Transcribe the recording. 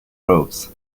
roads